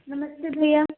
नमस्ते भैया